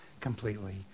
completely